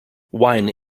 wine